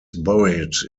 buried